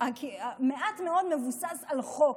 מעט מאוד מבוסס על חוק,